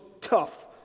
tough